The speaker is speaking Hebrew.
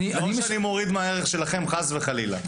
ולא שאני מוריד מהערך שלכם, חס וחלילה.